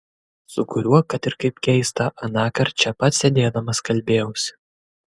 su kuriuo kad ir kaip keista anąkart čia pat sėdėdamas kalbėjausi